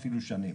ואפילו שנים.